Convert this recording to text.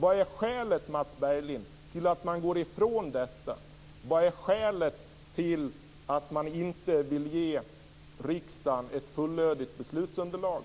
Vad är skälet till att man går ifrån det? Vad är skälet till att man inte vill ge riksdagen ett fullödigt beslutsunderlag?